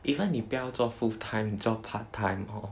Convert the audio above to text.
even 你不要做 full-time 你做 part-time lor